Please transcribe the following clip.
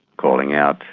calling out,